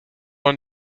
doch